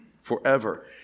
forever